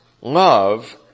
love